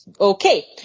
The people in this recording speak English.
okay